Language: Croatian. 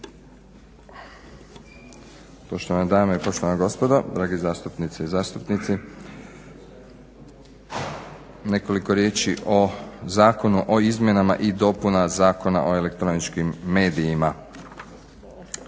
Hvala i vama.